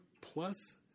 plus